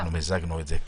מיזגנו את זה.